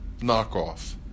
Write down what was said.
knockoff